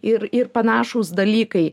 ir ir panašūs dalykai